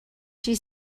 she